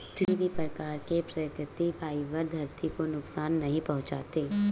किसी भी प्रकार के प्राकृतिक फ़ाइबर धरती को नुकसान नहीं पहुंचाते